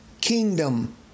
Kingdom